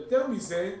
ויותר מזה,